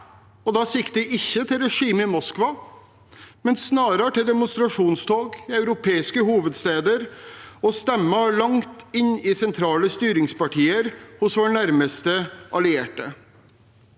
Da sikter jeg ikke til regimet i Moskva, men snarere til demonstrasjonstog i europeiske hovedsteder og stemmer langt inn i sentrale styringspartier hos våre nærmeste allierte.